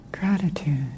Gratitude